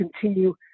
continue